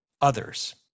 others